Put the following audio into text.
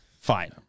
Fine